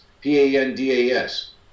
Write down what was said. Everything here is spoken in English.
P-A-N-D-A-S